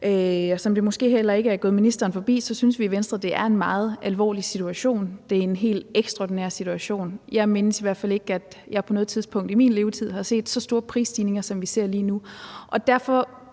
Som det måske heller ikke er forbigået ministerens opmærksomhed, synes vi i Venstre, at det er en meget alvorlig situation, at det er en helt ekstraordinær situation. Jeg mindes i hvert fald ikke, at jeg på noget tidspunkt i min levetid har set så store prisstigninger, som vi ser lige nu. Derfor